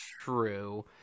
True